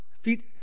Feet